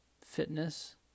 fitness